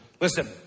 Listen